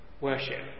worship